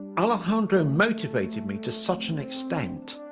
alejandro motivated me to such an extent.